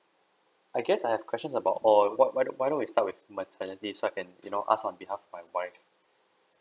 I guess I have questions about or why why not why not we start with maternity so I can you know ask on behalf of my wife